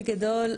בגדול,